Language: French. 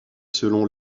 selon